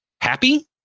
happy